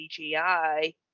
CGI